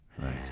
right